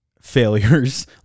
failures